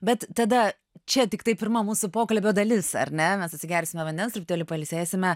bet tada čia tiktai pirma mūsų pokalbio dalis ar ne mes atsigersime vandens truputėlį pailsėsime